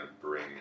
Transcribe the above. bring